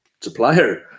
supplier